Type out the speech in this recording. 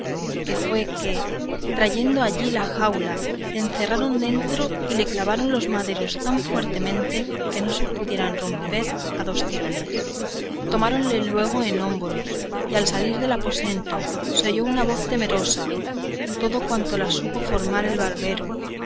que fue que trayendo allí la jaula le encerraron dentro y le clavaron los maderos tan fuertemente que no se pudieran romper a dos tirones tomáronle luego en hombros y al salir del aposento se oyó una voz temerosa todo cuanto la supo formar el barbero